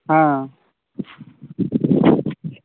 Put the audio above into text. ହଁ